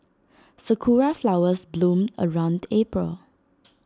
Sakura Flowers bloom around April